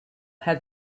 had